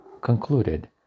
concluded